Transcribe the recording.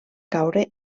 caure